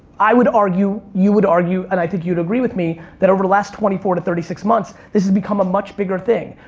i would argue, you would argue, and i think you would agree with me, that over the last twenty four to thirty six months, this has become a much bigger thing.